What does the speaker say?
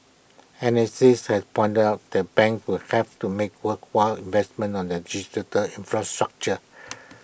analysts have pointed out that banks would have to make worthwhile investments on their digital infrastructure